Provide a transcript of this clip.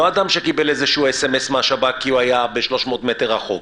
לא אדם שקיבל סמס מהשב"כ כי הוא היה ב-300 מטר מרחק,